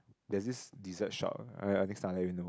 there's this dessert shop next time I let you know